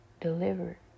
delivered